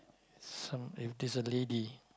some~ if this a lady